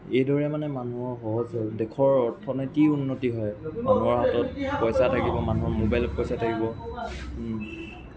এইদৰে মানে মানুহৰ সহজ হ'ল দেশৰ অৰ্থনীতিও উন্নতি হয় মানুহৰ হাতত পইচা থাকিব মানুহৰ মোবাইলত পইচা থাকিব